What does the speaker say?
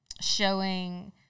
showing